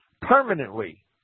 permanently